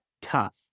tough